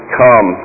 come